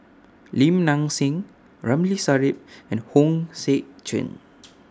Lim Nang Seng Ramli Sarip and Hong Sek Chern